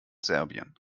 serbien